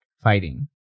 fighting